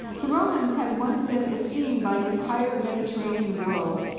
the romans had once been esteemed by the entire mediterranean world.